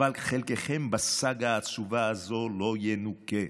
אבל חלקם בסאגה העצובה הזאת לא ינוקה.